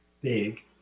big